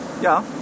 Ja